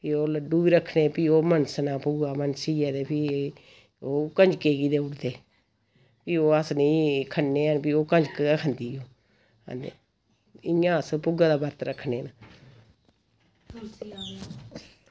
फ्ही ओह् लड्डू बी रक्खने फ्ही ओह् मनसना भुग्गा मनसियै ते फ्ही ओह् कंजकै गी देऊड़दे फ्ही ओह् अस नी खन्ने हैन फ्ही ओह् कंजक गै खंदी अते इयां अस भुग्गे दा बरत रखने न